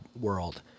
world